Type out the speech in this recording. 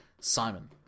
Simon